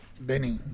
Benny